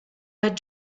had